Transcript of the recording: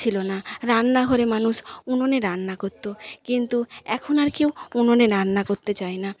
ছিল না রান্নাঘরে মানুষ উনুনে রান্না করতো কিন্তু এখন আর কেউ উনুনে রান্না করতে চায় না